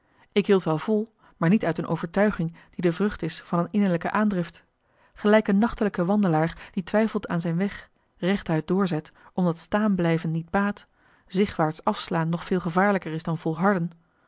ik hield wel vol maar niet uit een overtuiging die de vrucht is van een innerlijke aandrift gelijk een nachtelijke wandelaar die twijfelt aan zijn weg recht-uit doorzet omdat staan blijven niet baat zigwaarts afslaan nog veel gevaarlijker is dan volharden